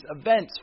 events